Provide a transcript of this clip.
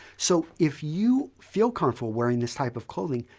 so if you feel comfortable wearing this type of clothing,